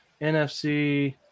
NFC